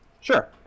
Sure